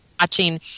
watching